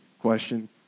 question